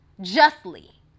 justly